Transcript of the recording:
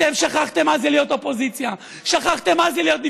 אתם שכחתם מה זה להיות אופוזיציה,